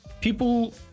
people